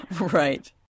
Right